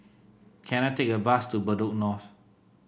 can I take a bus to Bedok North